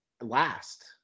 last